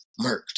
murked